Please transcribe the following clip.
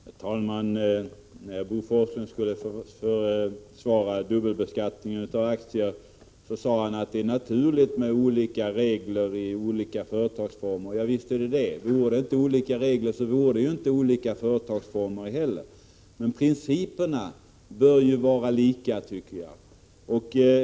Herr talman! När Bo Forslund skulle försvara dubbelbeskattningen av aktier sade han att det är naturligt med olika regler för olika företagsformer. Visst är det det. Vore det inte olika regler, vore det inte heller olika företagsformer. Men principerna bör vara lika, tycker jag.